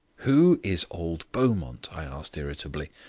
who is old beaumont? i asked irritably.